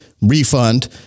refund